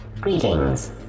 Greetings